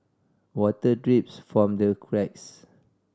water drips from the cracks